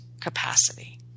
capacity